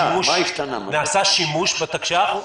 נעשה שימוש בתקש"ח פעם אחת?